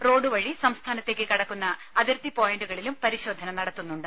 road വഴി സംസ്ഥാനത്തേക്ക് കടക്കുന്ന അതിർത്തി പോയിന്റുകളിലും പരിശോധന നടത്തുന്നുണ്ട്